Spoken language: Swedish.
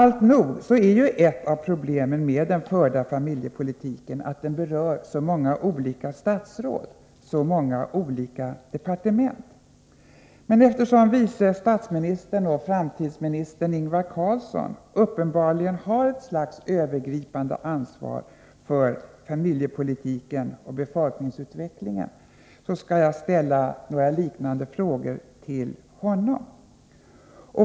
Alltnog är ett av problemen med den förda familjepolitiken att den berör så många olika statsråd, så många olika departement. Men eftersom vice statsministern och framtidsministern Ingvar Carlsson uppenbarligen har ett slags övergripande ansvar för familjepolitiken och befolkningsutvecklingen, skall jag ställa några liknande frågor till honom.